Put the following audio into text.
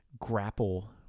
grapple